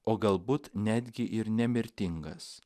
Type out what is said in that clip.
o galbūt netgi ir nemirtingas